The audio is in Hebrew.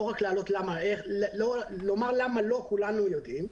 כי לומר למה לא כולנו יודעים.